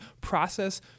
process